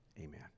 amen